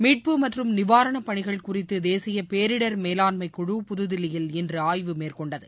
மீட்பு மற்றும் நிவாரணப் பணிகள் குறித்து தேசிய பேரிடர் மேலாண்மை குழு புதுதில்லியில் இன்று ஆய்வு மேற்கொண்டது